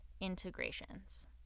integrations